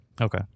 Okay